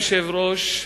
אדוני היושב-ראש,